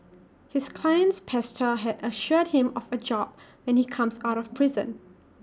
his client's pastor has assured him of A job when he comes out of prison